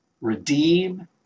redeem